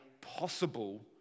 possible